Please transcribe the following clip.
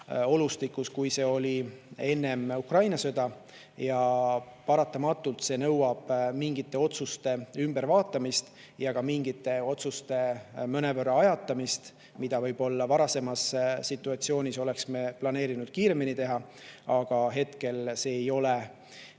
olustikus, kui olime enne Ukraina sõda. Paratamatult nõuab see mingite otsuste ümbervaatamist ja ka mingite otsuste mõnevõrra ajatamist, mida varasemas situatsioonis oleks me võib-olla planeerinud kiiremini teha. Aga hetkel ei ole